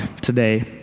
today